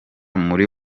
muri